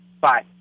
Bye